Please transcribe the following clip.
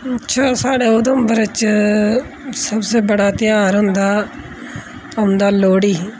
अच्छा साढ़ै उधमपुरै च सबसे बड़ा त्यहार होंदा औंदा लोह्ड़ी